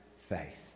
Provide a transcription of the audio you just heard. faith